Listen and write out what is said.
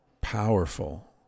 powerful